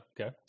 Okay